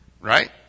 right